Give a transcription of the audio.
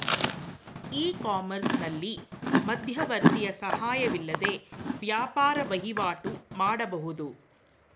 E ಕಾಮರ್ಸ್ನಲ್ಲಿ ಮಧ್ಯವರ್ತಿಯ ಸಹಾಯವಿಲ್ಲದೆ ವ್ಯಾಪಾರ ವಹಿವಾಟು ಮಾಡಬಹುದು